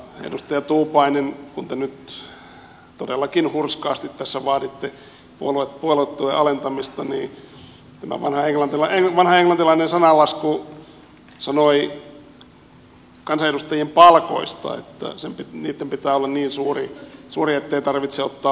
edustaja tuupainen kun te nyt todellakin hurskaasti tässä vaaditte puoluetuen alentamista niin tämä vanha englantilainen sananlasku sanoi kansanedustajien palkoista että niitten pitää olla niin suuria ettei tarvitse ottaa lahjuksia